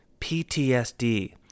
PTSD